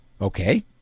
okay